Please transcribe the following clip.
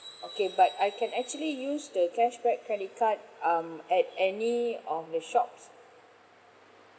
okay but I can actually use the cashback credit card um at any of the shops